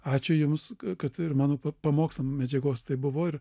ačiū jums kad ir mano pamokslam medžiagos tai buvo ir